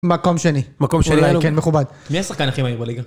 מקום שני. מקום שני, כן, מכובד. מי השחקן הכי מהיר בליגה?